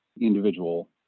individual